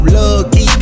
lucky